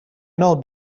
know